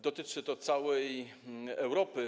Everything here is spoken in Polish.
Dotyczy to całej Europy.